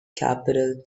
capital